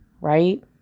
right